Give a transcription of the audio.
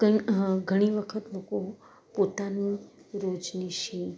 કંઈ ઘણી વખત લોકો પોતાનું રોજનીશી